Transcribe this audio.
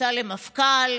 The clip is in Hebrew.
טיוטה למפכ"ל,